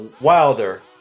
Wilder